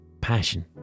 passion